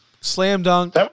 slam-dunk